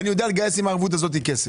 אני יודע לגייס עם הערבות הזאת כסף.